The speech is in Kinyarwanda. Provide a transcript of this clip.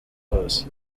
hose